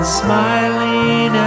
smiling